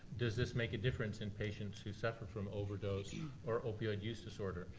does this make a difference in patients who suffer from overdose or opioid use disorder?